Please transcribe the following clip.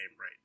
right